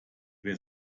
wer